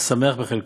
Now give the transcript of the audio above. השמח בחלקו,